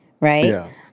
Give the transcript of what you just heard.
right